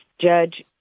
judge